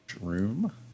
room